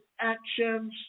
actions